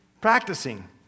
practicing